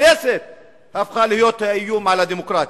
הכנסת הפכה להיות איום על הדמוקרטיה.